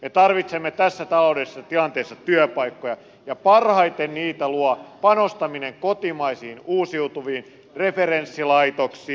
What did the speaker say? me tarvitsemme tässä taloudellisessa tilanteessa työpaikkoja ja parhaiten niitä luo panostaminen kotimaisiin uusiutuviin referenssilaitoksiin